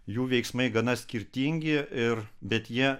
jų veiksmai gana skirtingi ir bet jie